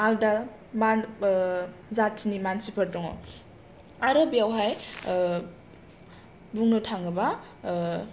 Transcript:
आलदा जाथिनि मानसिफोर दङ आरो बेवहाय बुंनो थाङोबा